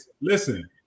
Listen